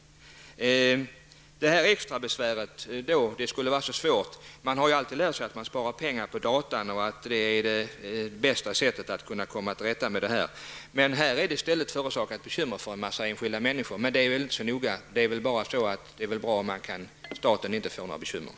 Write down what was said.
Detta skulle alltså innebära extra besvär. Men man har ju lärt sig att man spar pengar genom användningen av datateknik och att det är det bästa sättet att komma till rätta med problem av det här slaget. I detta sammanhang har den i stället förorsakat bekymmer för en mängd enskilda människor, men det är väl inte så noga -- det enda viktiga är väl att staten inte får några bekymmer.